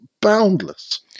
boundless